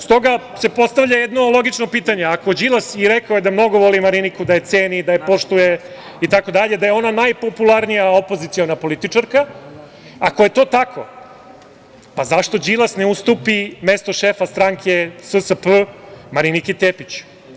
Stoga se postavlja pitanje, pošto je rekao da mnogo voli Mariniku, da je ceni, da je poštuje, da je ona najpopularnija opoziciona političarka, ako je to tako, zašto Đilas ne ustupi mesto šefa stranke SSP Mariniki Tepić?